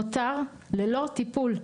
נותר ללא טיפול,